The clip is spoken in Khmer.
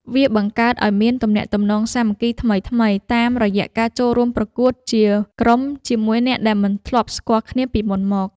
វាបង្កើតឱ្យមានទំនាក់ទំនងសង្គមថ្មីៗតាមរយៈការចូលរួមប្រកួតជាក្រុមជាមួយអ្នកដែលមិនធ្លាប់ស្គាល់គ្នាពីមុនមក។